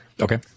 okay